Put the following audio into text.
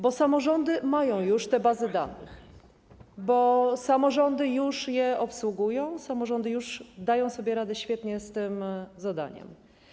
bo samorządy mają już bazy danych, bo samorządy już je obsługują, samorządy już dają sobie świetnie radę z tym zadaniem.